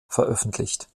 veröffentlicht